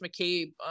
McCabe